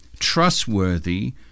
trustworthy